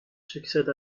succède